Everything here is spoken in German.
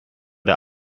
der